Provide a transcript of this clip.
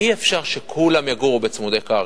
אי-אפשר שכולם יגורו בצמודי-קרקע.